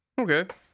Okay